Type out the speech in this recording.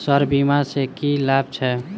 Sir बीमा सँ की लाभ छैय?